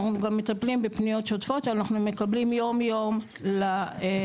אנחנו גם מטפלים בפניות שוטפות שאנחנו מקבלים יומיום למשרד.